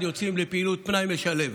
יוצאים לפעילות פנאי משלבת.